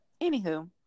anywho